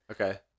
Okay